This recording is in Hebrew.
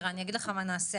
אני אגיד לך מה נעשה.